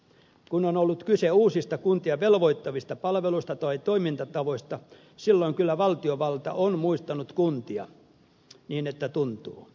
kun on ollut kyse uusista kuntia velvoittavista palveluista tai toimintatavoista silloin kyllä valtiovalta on muistanut kuntia niin että tuntuu